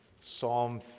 Psalm